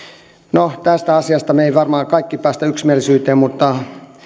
no tästä asiasta me emme varmaan kaikki pääse yksimielisyyteen mutta